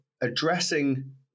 addressing